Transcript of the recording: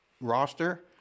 roster